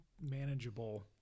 manageable